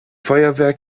feuerwehr